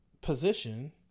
position